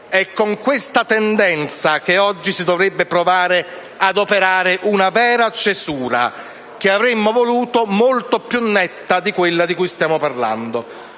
È con questa tendenza che oggi si dovrebbe provare ad operare una vera cesura, che avremmo voluto molto più netta di quella di cui stiamo parlando;